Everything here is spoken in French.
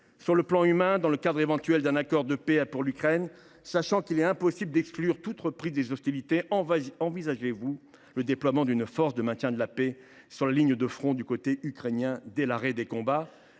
Sur le plan humain, dans le cadre d’un éventuel accord de paix pour l’Ukraine, sachant qu’il est impossible d’exclure toute reprise des hostilités, envisagez vous le déploiement d’une force de maintien de la paix sur la ligne de front du côté ukrainien dès l’arrêt des combats ?